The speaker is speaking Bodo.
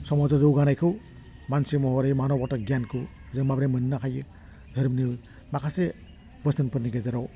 समाजाव जौगानायखौ मानसि महरै मानबथा गियानखौ जों माबोरै मोन्नो हायो दोहोरोमनि माखासे बोसोनफोरनि गेजेराव